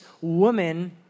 woman